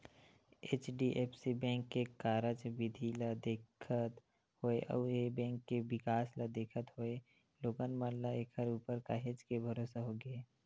HDFC bank के कारज बिधि ल देखत होय अउ ए बेंक के बिकास ल देखत होय लोगन मन ल ऐखर ऊपर काहेच के भरोसा होगे हे